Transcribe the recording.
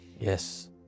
Yes